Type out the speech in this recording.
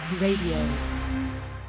radio